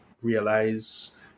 realize